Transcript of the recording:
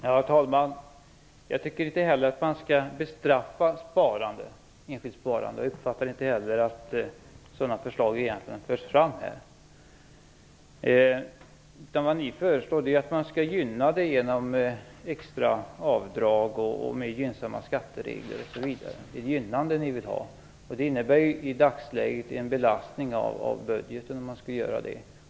Herr talman! Jag tycker inte heller att man skall bestraffa enskilt sparande. Jag uppfattar inte heller att sådana förslag egentligen har förts fram här. Vad ni föreslår är att man skall gynna sparandet genom extra avdrag, gynnsamma skatteregler osv. Det är gynnande ni vill ha. Att göra det innebär i dagsläget en belastning av budgeten.